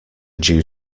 due